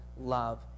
love